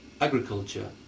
agriculture